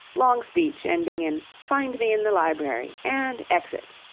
long speech ending in find me in the library and exit,